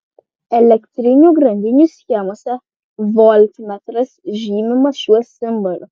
elektrinių grandinių schemose voltmetras žymimas šiuo simboliu